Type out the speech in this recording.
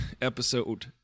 Episode